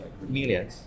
million